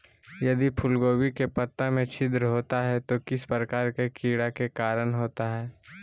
यदि फूलगोभी के पत्ता में छिद्र होता है तो किस प्रकार के कीड़ा के कारण होता है?